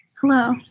Hello